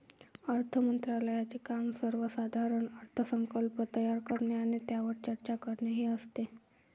अर्थ मंत्रालयाचे काम सर्वसाधारण अर्थसंकल्प तयार करणे आणि त्यावर चर्चा करणे हे असते